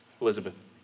Elizabeth